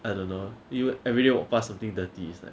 I don't know you everyday walk pass something dirty is like